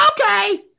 Okay